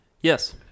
Yes